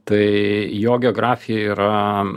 tai jo geografija yra